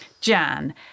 jan